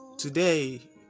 Today